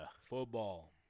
football